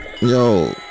Yo